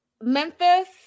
Memphis